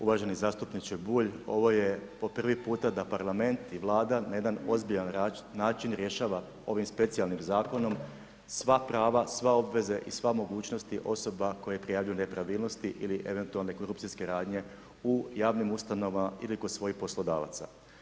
Uvaženi zastupniče Bulj, ovo je po prvi puta da parlament i Vlada na jedan ozbiljan način rješava ovim specijalnim zakonom sva prava, sve obveze i sva mogućnosti osoba koje prijavljuju nepravilnosti ili eventualne korupcijske radnje u javnim ustanovama ili kod svojih poslodavaca.